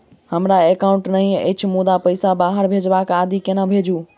हमरा एकाउन्ट नहि अछि मुदा पैसा बाहर भेजबाक आदि केना भेजू?